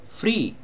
free